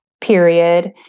period